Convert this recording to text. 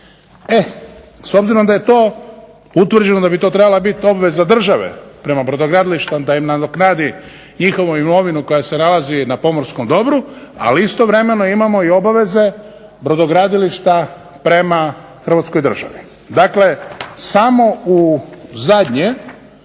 E, s obzirom da je to utvrđeno da bi to trebala biti obveza države prema brodogradilištima da im nadoknadi njihovu imovinu koja se nalazi na pomorskom dobru, ali istovremeno imamo i obaveze brodogradilišta prema Hrvatskoj državi. Dakle, samo u zadnje